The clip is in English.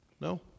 No